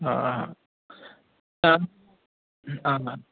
हा त न न